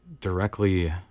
directly